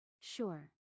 Sure